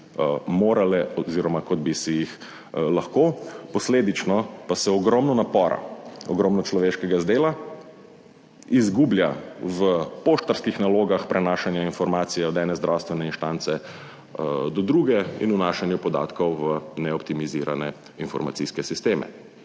morale oziroma kot bi si jih lahko, posledično pa se ogromno napora, ogromno človeškega dela izgublja v poštarskih nalogah prenašanja informacije od ene zdravstvene instance do druge in vnašanja podatkov v neoptimizirane informacijske sisteme.